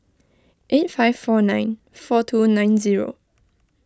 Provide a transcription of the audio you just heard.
eight five four nine four two nine zero